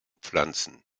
pflanzen